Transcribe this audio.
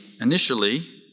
initially